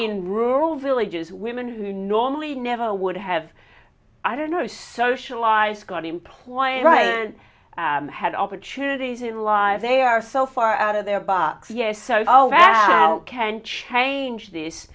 in rural villages women who normally never would have i don't know socialised got employed right and had opportunities in la they are so far out of their box yes oh oh wow can change this